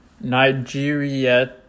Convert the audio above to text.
Nigeria